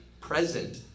present